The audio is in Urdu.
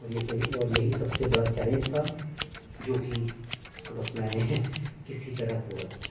اور یہ صحیح اور یہی سب سے بڑا چیلینج تھا جو کہ اس کو بس میں نے کسی طرح پورا کیا